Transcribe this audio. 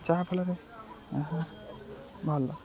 ଯାହା ଫଳରେ ଭଲ